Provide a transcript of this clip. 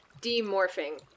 demorphing